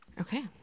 Okay